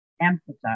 emphasize